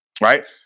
Right